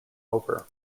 over